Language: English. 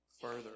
further